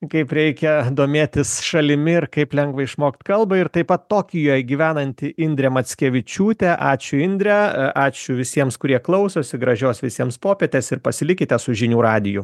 kaip reikia domėtis šalimi ir kaip lengva išmokt kalbą ir taip pat tokijuj gyvenanti indrė mackevičiūtė ačiū indre ačiū visiems kurie klausosi gražios visiems popietės ir pasilikite su žinių radiju